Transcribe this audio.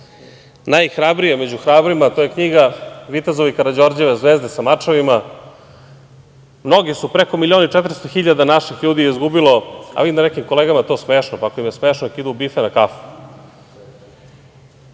najhrabrije među hrabrima. To je knjiga „Vitezovi Karađorđeve zvezde sa mačevima“. Mnogi su, preko milion i 400 hiljada naših ljudi je izgubilo, a vidim da je to nekim kolegama smešno, pa ako im je smešno neka idu u bife na kafu.